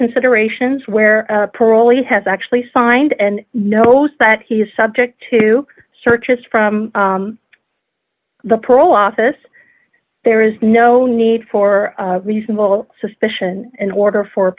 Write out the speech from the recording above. considerations where pearlie has actually signed and knows that he is subject to searches from the pro office there is no need for reasonable suspicion in order for